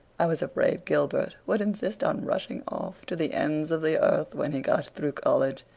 i was afraid gilbert would insist on rushing off to the ends of the earth when he got through college,